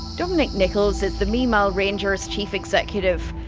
dominic nicholls is the mimal rangers' chief executive.